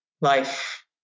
life